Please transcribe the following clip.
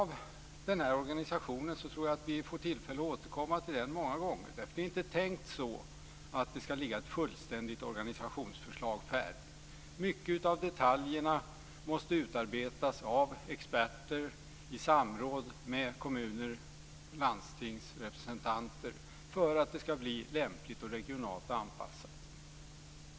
Vi får tillfälle till att återkomma till diskussionen om organisationen många gånger. Det är inte tänkt att det ska ligga ett fullständigt organisationsförslag färdigt. Mycket av detaljerna måste utarbetas av experter i samråd med kommun och landstingsrepresentanter för att förslaget ska bli lämpligt och regionalt anpassat.